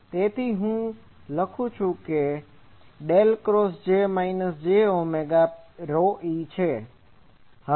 તેથી હું જે લખું કે ∇×J Jωe del cross J એ માઇનસ J ઓમેગા e છે